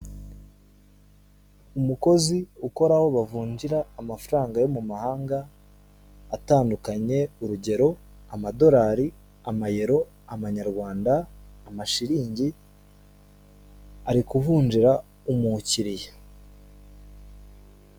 Umukozi ukora aho bavunjira amafaranga yo mu mahanga atandukanye urugero; amadorari, amayero ,amanyarwanda, amashiringi ari kuvunjira umukiriya.